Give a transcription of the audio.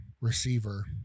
receiver